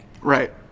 Right